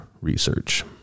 research